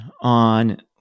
on